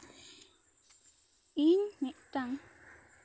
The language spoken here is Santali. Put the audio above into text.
ᱤᱧ ᱢᱤᱫᱴᱟᱝ